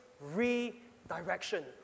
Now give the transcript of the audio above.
redirection